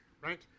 right